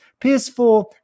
PS4